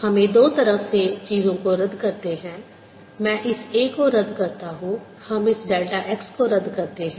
हमें दो तरफ से चीजों को रद्द करते हैं मैं इस A को रद्द करता हूं हम इस डेल्टा x को रद्द करते हैं